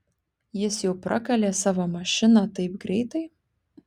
jis jau prakalė savo mašiną taip greitai